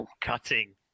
Cutting